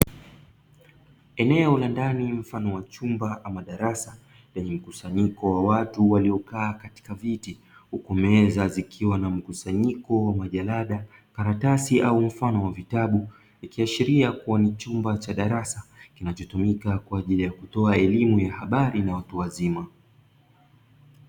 Eneo la ndani mfano wa chumba ama darasa lenye mkusanyiko wa watu waliokaa katika viti uku meza zikiwa na mkusanyiko wa majarada, karatsi au mfano wa vitabu, ikiashiria kuwa ni chumba cha darasa kinachotumika kwa ajili ya kutoa elimu ya habari na watu wazima.